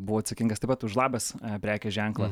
buvau atsakingas taip pat už labas prekės ženklą